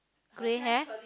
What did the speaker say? grey hair